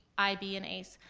ib, and aice.